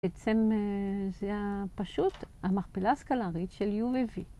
בעצם זה הפשוט המכפלה הסקלרית של U ו-V.